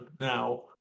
now